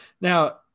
Now